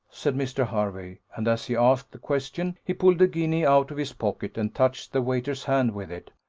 said mr. hervey and, as he asked the question, he pulled a guinea out of his pocket, and touched the waiter's hand with it.